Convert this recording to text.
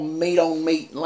meat-on-meat